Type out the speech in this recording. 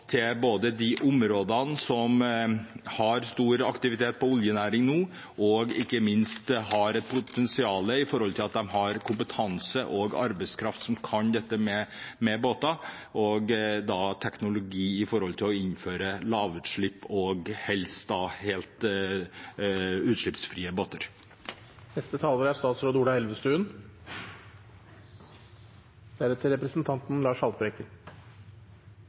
både til de områdene som har stor aktivitet innen oljenæring nå, og ikke minst har et potensial ved at de har kompetanse og arbeidskraft som kan dette med båter, og som har teknologien i forhold til å innføre lavutslipp, og da helst helt utslippsfrie båter. I dag diskuterer vi hurtigbåter, men for regjeringen er